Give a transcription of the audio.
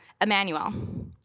Emmanuel